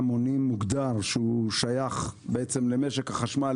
מוגדר שהמידע מהמונים שייך למשק החשמל,